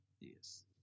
Yes